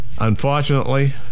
Unfortunately